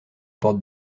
porte